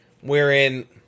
wherein